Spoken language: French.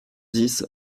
dix